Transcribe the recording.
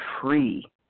free